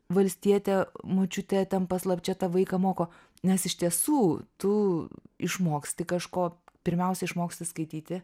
valstietė močiutė ten paslapčia tą vaiką moko nes iš tiesų tu išmoksti kažko pirmiausia išmoksti skaityti